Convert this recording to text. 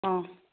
ꯑꯪ